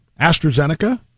AstraZeneca